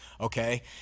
okay